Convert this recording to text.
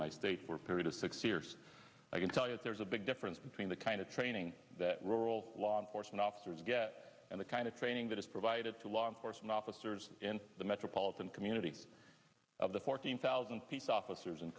my state were period of six years i can tell you there's a big difference between the kind of training that rural law enforcement officers get and the kind of training that is provided to law enforcement officers in the metropolitan community of the fourteen thousand people officers in